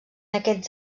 aquests